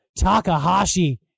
Takahashi